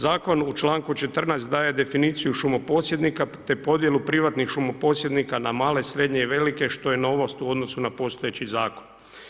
Zakon u članku 14. daje definiciju šumoposjednika te podjelu privatnih šumoposjednika na male, srednje i velike što je novost u odnosu na postojeći zakon.